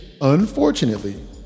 Unfortunately